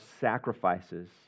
sacrifices